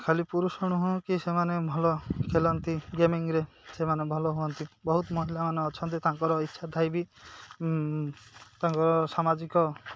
ଖାଲି ପୁରୁଷ ନୁହଁ କି ସେମାନେ ଭଲ ଖେଳନ୍ତି ଗେମିଂରେ ସେମାନେ ଭଲ ହୁଅନ୍ତି ବହୁତ ମହିଳାମାନେ ଅଛନ୍ତି ତାଙ୍କର ଇଛା ଥାଇ ବି ତାଙ୍କ ସାମାଜିକ